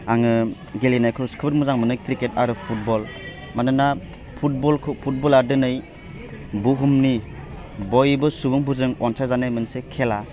आङो गेलेनायफोरखौ मोजां मोनो क्रिकेट आरो फुटबल मानोना फुटबलखौ फुटबला दिनै बुहुमनि बयबो सुबुंफोरजों अनसायजानाय मोनसे खेला